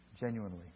genuinely